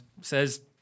says